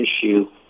issue